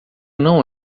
não